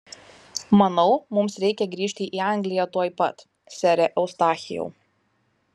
manau mums reikia grįžti į angliją tuoj pat sere eustachijau